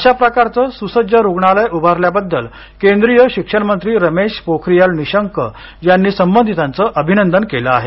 अशा प्रकारचं सुसज्ज रुग्णालय उभारल्याबद्दल केंद्रीय शिक्षणमंत्री रमेश पोखरियाल निशंक यांनी संबंधितांच अभिनंदन केलं आहे